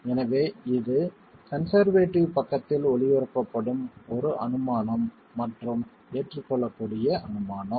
எனவே இது கன்சர்வேடிவ் பக்கத்தில் ஒளிபரப்பப்படும் ஒரு அனுமானம் மற்றும் ஏற்றுக்கொள்ளக்கூடிய அனுமானம்